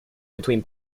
between